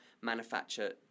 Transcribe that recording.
manufacture